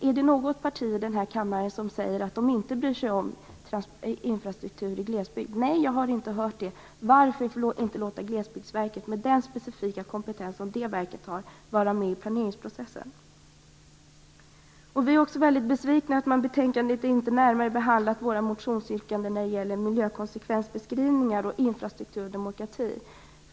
Är det något parti här i kammaren som säger att de inte bryr sig om infrastrukturen i glesbygden? Jag har inte hört det. Varför inte då låta Glesbygdsverket, med den specifika kompetens som det verket har, vara med i planeringsprocessen? Vi är också mycket besvikna över att betänkandet inte närmare behandlar våra motionsyrkanden när det gäller miljökonsekvensbeskrivningar och infrastruktur och demokrati.